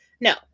No